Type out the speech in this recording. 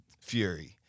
Fury